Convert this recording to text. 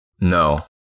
No